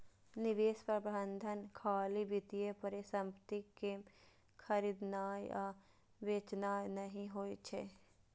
निवेश प्रबंधन खाली वित्तीय परिसंपत्ति कें खरीदनाय आ बेचनाय नहि होइ छै